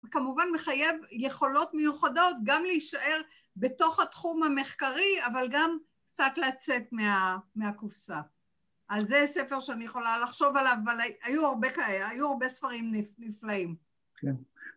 וכמובן מחייב יכולות מיוחדות גם להישאר בתוך התחום המחקרי, אבל גם קצת לצאת מהקופסא. על זה ספר שאני יכולה לחשוב עליו, אבל היו הרבה ספרים נפלאים. כן.